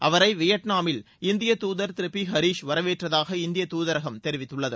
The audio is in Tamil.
அவரை வியட்நாமில் இந்திய தூதர் திரு பி ஹரீஷ் வரவேற்றதாக இந்திய தாதரகம் தெரிவித்துள்ளது